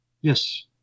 Yes